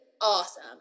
awesome